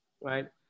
right